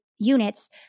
Units